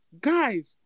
Guys